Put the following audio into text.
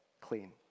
clean